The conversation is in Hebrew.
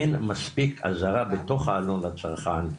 אין מספיק אזהרה בתוך העלון לצרכן,